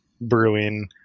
brewing